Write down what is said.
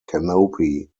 canopy